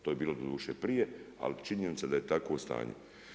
To je bilo doduše prije, ali činjenica da je takvo stanje.